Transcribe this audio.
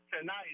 tonight